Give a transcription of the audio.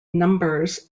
numbers